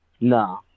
No